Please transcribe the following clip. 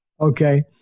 Okay